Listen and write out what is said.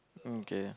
mm K